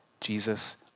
Jesus